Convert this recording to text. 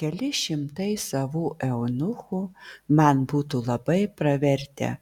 keli šimtai savų eunuchų man būtų labai pravertę